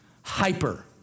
hyper